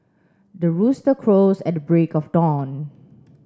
the rooster crows at the break of dawn